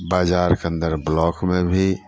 बजारके अन्दर ब्लॉकमे भी